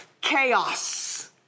chaos